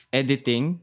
editing